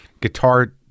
guitar